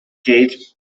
gauge